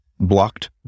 blocked